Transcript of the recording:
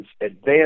advanced